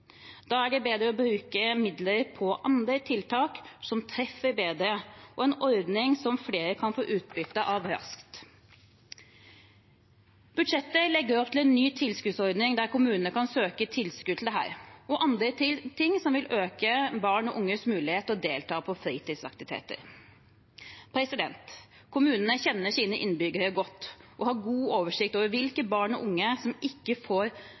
Da er det bedre å bruke midler på andre tiltak som treffer bedre, og en ordning som flere kan få utbytte av raskt. Budsjettet legger opp til en ny tilskuddsordning der kommunene kan søke om tilskudd til dette og andre ting som vil øke barn og unges mulighet til å delta på fritidsaktiviteter. Kommunene kjenner sine innbyggere godt og har god oversikt over hvilke barn og unge som ikke får